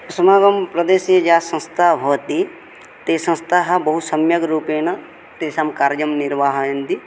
अस्माकं प्रदेशे या संस्था भवति ते संस्थाः बहु सम्यग् रूपेण तेषां कार्यं निर्वाहयन्ति